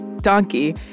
donkey